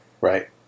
right